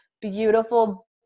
beautiful